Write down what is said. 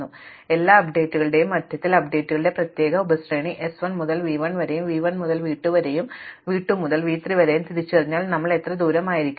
അതിനാൽ ഈ എല്ലാ അപ്ഡേറ്റുകളുടെയും മധ്യത്തിൽ അപ്ഡേറ്റുകളുടെ ഈ പ്രത്യേക ഉപ ശ്രേണി s 1 മുതൽ v 1 വരെയും v 1 മുതൽ v 2 വരെയും v 2 മുതൽ v 3 വരെയും തിരിച്ചറിഞ്ഞാൽ നമ്മൾ എത്ര ദൂരം ആയിരിക്കും